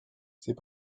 c’est